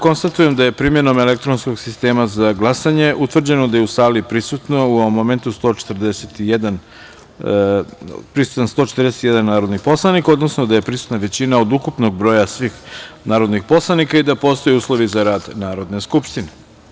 Konstatujem da je, primenom elektronskog sistema za glasanje utvrđeno da je u sali prisutno u ovom momentu 141 narodni poslanik, odnosno da je prisutna većina od ukupnog broja svih narodnih poslanika i da postoje uslovi za rad Narodne skupštine.